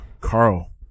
Carl